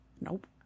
Nope